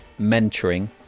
mentoring